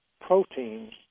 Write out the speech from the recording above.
proteins